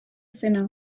zena